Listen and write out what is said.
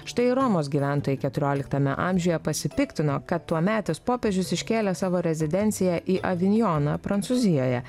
štai romos gyventojai keturioliktame amžiuje pasipiktino kad tuometis popiežius iškėlė savo rezidenciją į avinjoną prancūzijoje